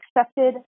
accepted